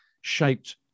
Shaped